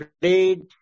played